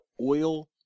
Oil